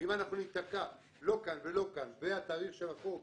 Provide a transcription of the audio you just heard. ואם אנחנו ניתקע לא כאן ולא כאן והתאריך של החוק,